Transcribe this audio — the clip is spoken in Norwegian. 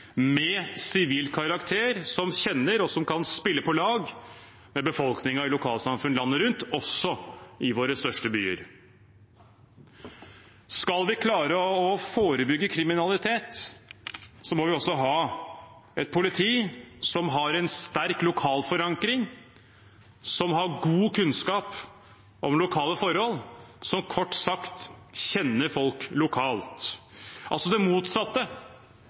med sivil karakter som kjenner og som kan spille på lag med befolkningen i lokalsamfunn landet rundt, også i våre største byer. Skal vi klare å forebygge kriminalitet, må vi også ha et politi som har en sterk lokal forankring, som har god kunnskap om lokale forhold, som kort sagt kjenner folk lokalt – altså det motsatte